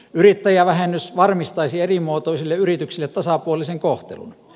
yrittäjävähennys varmistaisi erimuotoisille yrityksille tasapuolisen kohtelun